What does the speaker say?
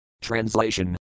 Translation